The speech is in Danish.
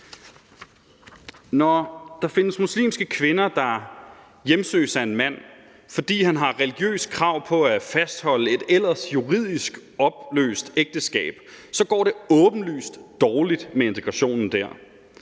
Når der findes muslimske kvinder, der hjemsøges af en mand, fordi han har et religiøst krav på at fastholde et ellers juridisk opløst ægteskab, går det åbenlyst dårligt med integrationen der,